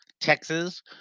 Texas